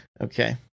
Okay